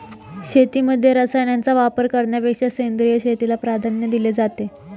शेतीमध्ये रसायनांचा वापर करण्यापेक्षा सेंद्रिय शेतीला प्राधान्य दिले जाते